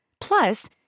Plus